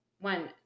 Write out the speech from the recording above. one